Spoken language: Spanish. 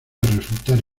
resultar